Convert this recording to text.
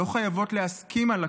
לא חייבות להסכים על הכול,